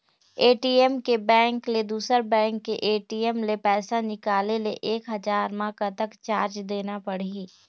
ATM के bank ले दुसर बैंक के ए.टी.एम ले पैसा निकाले ले एक हजार मा कतक चार्ज देना पड़ही?